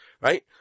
right